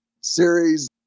series